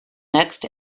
next